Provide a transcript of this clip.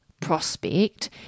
prospect